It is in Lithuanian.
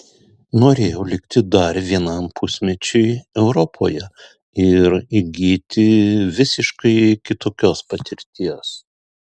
norėjau likti dar vienam pusmečiui europoje ir įgyti visiškai kitokios patirties